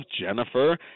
Jennifer